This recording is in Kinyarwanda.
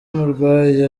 umurwayi